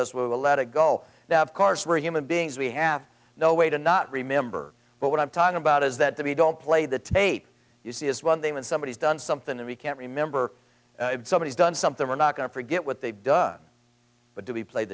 us we will let it go now of course we're human beings we have no way to not remember but what i'm talking about is that to be don't play the tape you see is one thing when somebody is done something that we can't remember somebody's done something we're not going to forget what they've done but do we play